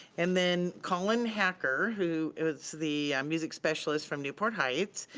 and then colin hacker, who is the music specialist from newport heights,